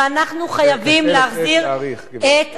ואנחנו חייבים להחזיר את השוויון.